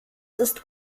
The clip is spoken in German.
ist